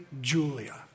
Julia